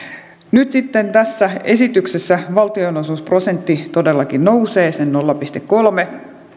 nyt sitten tässä esityksessä valtionosuusprosentti todellakin nousee sen nolla pilkku kolme prosenttia